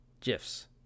GIFs